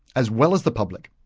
as well as the public.